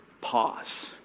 pause